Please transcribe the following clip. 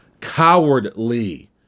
cowardly